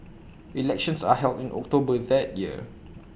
elections are held in October that year